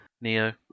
Neo